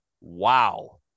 Wow